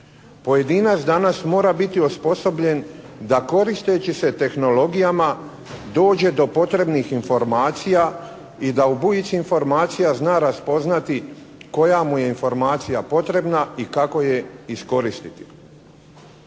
Pojedinac danas mora biti osposobljen da koristeći se tehnologijama dođe do potrebnih informacija i da u bujici informacija zna raspoznati koja mu je informacija potrebna i kako je iskoristiti.